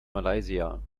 malaysia